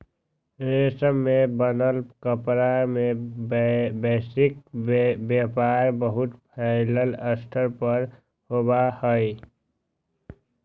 रेशम से बनल कपड़ा के वैश्विक व्यापार बहुत फैल्ल स्तर पर होबा हई